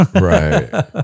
Right